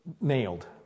nailed